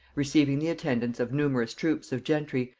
receiving the attendance of numerous troops of gentry,